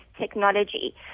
technology